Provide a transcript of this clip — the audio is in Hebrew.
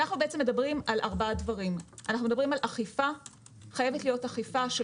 אנחנו מדברים על ארבעה דברים: חייבת להיות אכיפה של